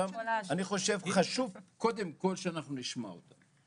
אני חושב שחשוב קודם כל שאנחנו נשמע אותם.